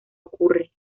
ocurre